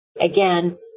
Again